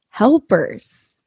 helpers